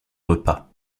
repas